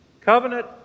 Covenant